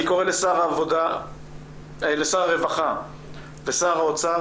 אני קורא לשר הרווחה ושר האוצר